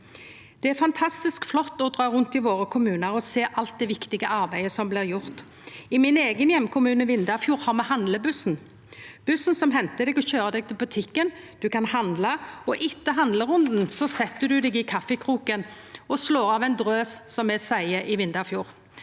Det er fantastisk flott å dra rundt i våre kommunar og sjå alt det viktige arbeidet som blir gjort. I min eigen heimkommune, Vindafjord, har me Handlebussen – bussen som hentar deg og køyrer deg til butikken. Ein kan handla, og etter handlerunden set ein seg i kaffikroken og «slår av ein drøs», som me seier i Vindafjord.